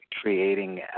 creating